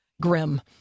grim